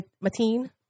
Matin